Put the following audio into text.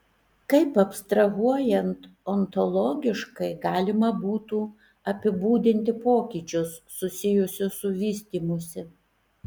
kaip abstrahuojant ontologiškai galima būtų apibūdinti pokyčius susijusius su vystymusi